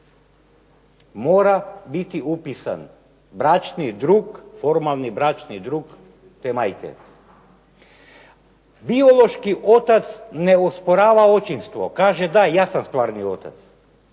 Mora biti upisan bračni drug, formalni bračni drug te majke. Biološki otac ne osporava očinstvo, kaže: "Da, ja sam stvarni otac".